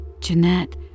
Jeanette